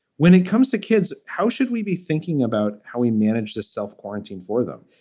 when it comes to kids, how should we be thinking about how we manage to self-quarantine for them?